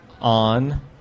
on